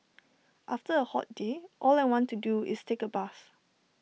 after A hot day all I want to do is take A bath